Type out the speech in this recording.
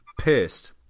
Pissed